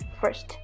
first